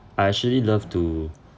I actually love to